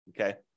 okay